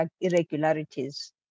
irregularities